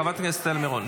חברת הכנסת טל מירון,